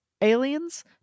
aliens